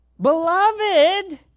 Beloved